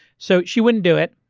so, she wouldn't do it.